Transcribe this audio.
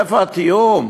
איפה התיאום?